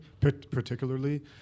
particularly